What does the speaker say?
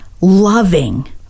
loving